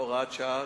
(הוראות שעה),